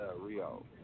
Rio